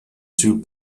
two